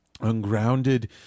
Ungrounded